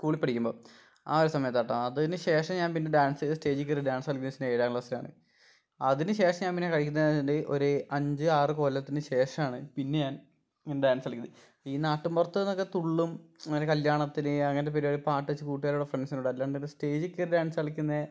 സ്കൂളിൽ പഠിക്കുമ്പം ആ ഒരു സമയത്താട്ടോ അതിന് ശേഷം ഞാൻ പിന്നെ ഡാൻസ് സ്റ്റേജിൽ കയറി ഡാൻസ് കളിക്കുന്നത് ഏഴാ ക്ലാസിലാണ് അതിന് ശേഷം ഞാൻ പിന്നെ കളിക്കുന്നേണ്ട് ഒരു അഞ്ച് ആറ് കൊല്ലത്തിന് ശേഷമാണ് പിന്നെ ഞാൻ ഞാൻ ഡാൻസ് കളിക്കുന്നത് ഈ നാട്ടുംപുറത്ത്നിന്നൊക്കെ തുള്ളും അങ്ങനെ കല്യാണത്തിന് അങ്ങനെത്തെ പരിപാടിക്ക് പാട്ട് വച്ച് കൂട്ടുകാരോട് ഫ്രണ്ട്സിനോട് അല്ലാണ്ട് ഒരു സ്റ്റേജിൽ കയറി ഡാൻസ് കളിക്കുന്നത്